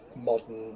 modern